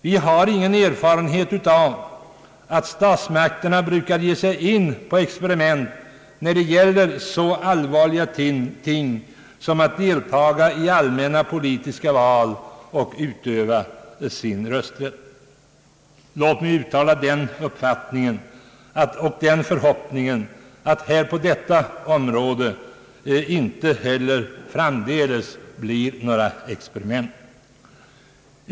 Vi har ingen erfarenhet av att statsmakterna brukar ge sig in på experiment när det gäller så allvarliga ting som att deltaga i allmänna politiska val och att utöva sin rösträtt. Låt mig uttala den uppfattningen och den förhoppningen, att det på detta område inte blir några experiment heller framdeles!